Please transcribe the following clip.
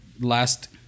last